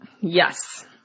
Yes